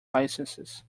licences